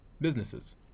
businesses